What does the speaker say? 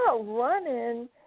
running